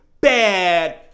bad